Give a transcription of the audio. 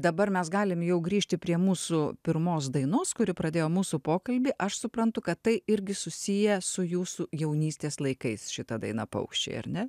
dabar mes galim jau grįžti prie mūsų pirmos dainos kuri pradėjo mūsų pokalbį aš suprantu kad tai irgi susiję su jūsų jaunystės laikais šita daina paukščiai ar ne